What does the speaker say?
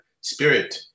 spirit